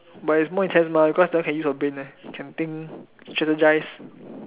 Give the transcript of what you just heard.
but it's more intense mah because that one can use your brain leh can think strategise